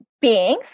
beings